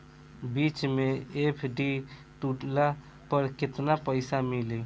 बीच मे एफ.डी तुड़ला पर केतना पईसा मिली?